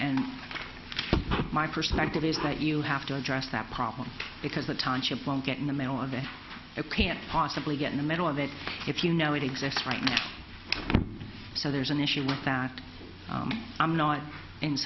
and my perspective is that you have to address that problem because the township won't get in the middle of it a piano possibly get in the middle of it if you know it exists right now so there's an issue with that i'm not in